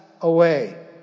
away